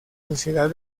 sociedad